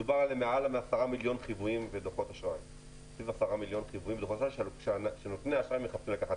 מדובר על מעל 10 מיליון חיוויים ודוחות אשראי שנותני אשראי מחפשים לקחת.